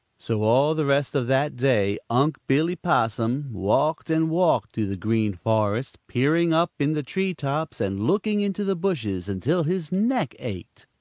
so all the rest of that day unc' billy possum walked and walked through the green forest, peering up in the tree-tops and looking into the bushes until his neck ached.